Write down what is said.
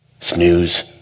Snooze